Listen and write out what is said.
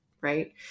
right